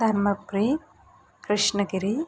Dharmapuri Krishnagiri